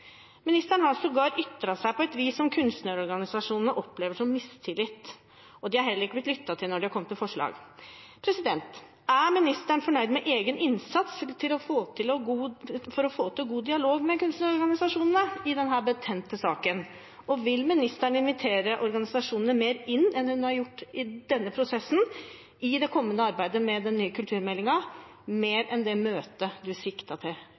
Ministeren har sågar ytret seg på et vis som kunstnerorganisasjonene opplever som mistillit, og de er heller ikke blitt lyttet til når de har kommet med forslag. Er ministeren fornøyd med egen innsats for å få til god dialog med kunstnerorganisasjonene i denne betente saken? Og vil ministeren invitere organisasjonene mer inn enn hun har gjort i denne prosessen, i det kommende arbeidet med den nye kulturmeldingen – mer enn det møtet hun siktet til